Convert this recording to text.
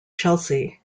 chelsea